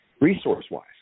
resource-wise